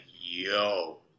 Yo